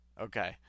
okay